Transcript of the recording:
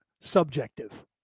subjective